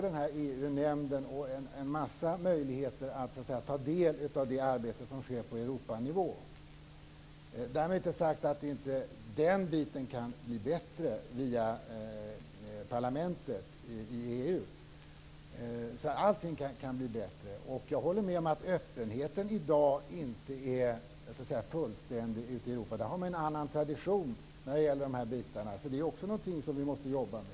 Vi har EU nämnden och en del möjligheter att ta del av det arbete som sker på Europanivå. Därmed inte sagt att inte den biten kan bli bättre via parlamentet i EU. Allting kan bli bättre. Jag håller med om att öppenheten i dag inte är fullständig ute i Europa, där man har en annan tradition. Det är också någonting som vi måste arbeta med.